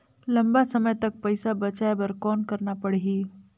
लंबा समय तक पइसा बचाये बर कौन करना पड़ही?